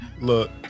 Look